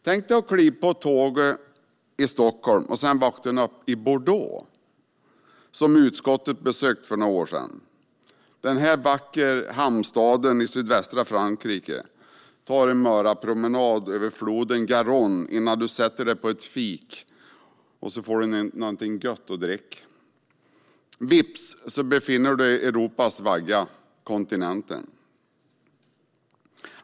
Tänk dig att kliva på tåget i Stockholm och sedan vakna upp i Bordeaux, som utskottet besökte för några år sedan - den vackra hamnstaden i sydvästra Frankrike - och ta en morgonpromenad över floden Garonne innan du sätter dig på ett fik och får någonting gott att dricka. Vips befinner du dig i Europas vagga, kontinenten.